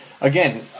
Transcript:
Again